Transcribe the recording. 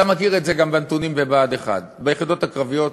אתה מכיר את זה גם בנתונים בבה"ד 1. ביחידות הקרביות